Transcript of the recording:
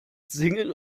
singen